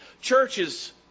Churches